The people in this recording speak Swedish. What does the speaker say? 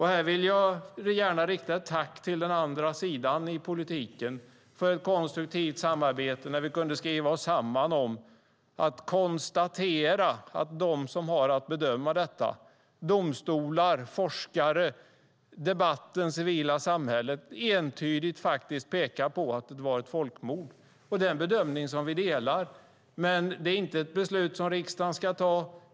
Här vill jag gärna rikta ett tack till den andra sidan i politiken för ett konstruktivt samarbete där vi kunde skriva oss samman och konstatera att de som har att bedöma detta, domstolar, forskare och debatten i det civila samhället, entydigt pekar på att det var ett folkmord. Det är en bedömning som vi delar, men det är inte ett beslut som riksdagen ska fatta.